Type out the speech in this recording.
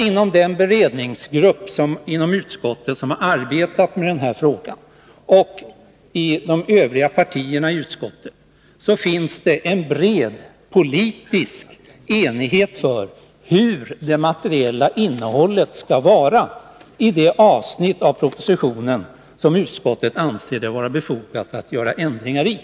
Inom den beredningsgrupp i utskottet som har arbetat med denna fråga, och i utskottet i övrigt, finns det en bred politisk enighet om hur det materiella innehållet skall vara i de avsnitt av propositionen som utskottet anser det vara befogat att göra ändringar i.